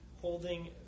holding